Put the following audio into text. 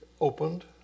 opened